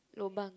lobang